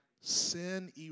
Sin